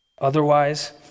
Otherwise